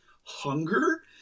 hunger